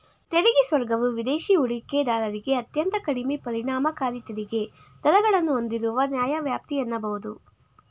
ತೆರಿಗೆ ಸ್ವರ್ಗವು ವಿದೇಶಿ ಹೂಡಿಕೆದಾರರಿಗೆ ಅತ್ಯಂತ ಕಡಿಮೆ ಪರಿಣಾಮಕಾರಿ ತೆರಿಗೆ ದರಗಳನ್ನ ಹೂಂದಿರುವ ನ್ಯಾಯವ್ಯಾಪ್ತಿ ಎನ್ನಬಹುದು